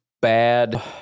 bad